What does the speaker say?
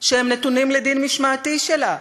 שהם נתונים לדין משמעתי שלה.